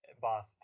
boss